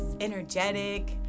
energetic